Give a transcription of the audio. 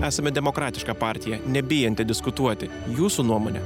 esame demokratiška partija nebijanti diskutuoti jūsų nuomone